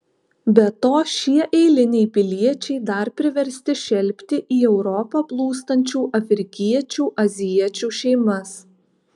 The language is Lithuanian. be to šie eiliniai piliečiai dar priversti šelpti į europą plūstančių afrikiečių azijiečių šeimas